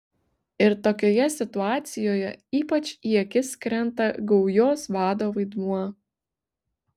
ir tokioje situacijoje ypač į akis krinta gaujos vado vaidmuo